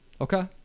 Okay